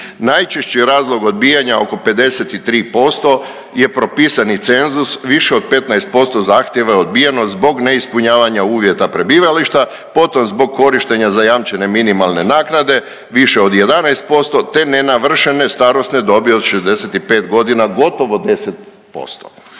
Najčešći razlog odbijanja oko 53% je propisani cenzus više od 15% zahtjeva je odbijeno zbog neispunjavanja uvjeta prebivališta, potom zbog korištenja zajamčene minimalne naknade više od 11%, te nenavršene starosne dobi od 65 godina, gotovo 10%.